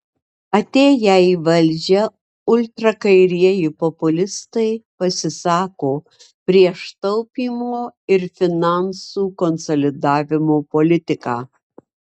atėję į valdžią ultrakairieji populistai pasisako prieš taupymo ir finansų konsolidavimo politiką